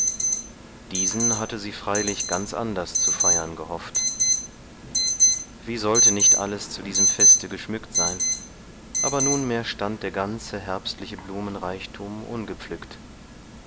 diesen hatte sie freilich ganz anders zu feiern gehofft wie sollte nicht alles zu diesem feste geschmückt sein aber nunmehr stand der ganze herbstliche blumenreichtum ungepflückt